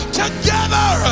together